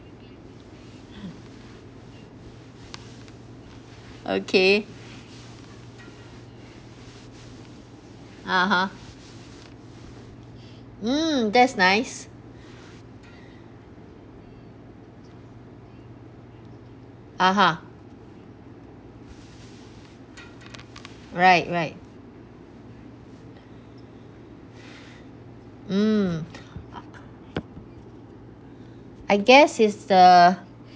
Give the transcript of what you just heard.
okay (uh huh) mm that's nice (uh huh) right right mm I guess is the